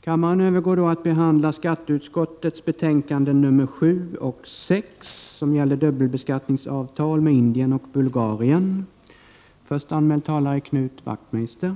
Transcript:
Kammaren övergick härefter till att debattera skatteutskottets betänkanden 7 om dubbelbeskattningsavtal mellan Sverige och Indien och 6 om dubbelbeskattningsavtal mellan Sverige och Bulgarien.